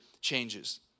changes